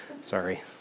Sorry